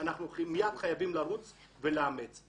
אנחנו מיד חייבים לרוץ ולאמץ את זה.